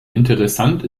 interessant